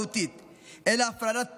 אלא הפרדה טכנית.